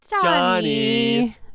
Donnie